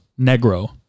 Negro